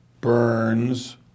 Burns